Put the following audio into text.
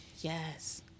Yes